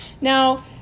Now